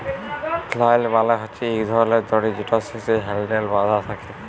flail মালে হছে ইক ধরলের দড়ি যেটর শেষে হ্যালডেল বাঁধা থ্যাকে